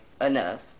enough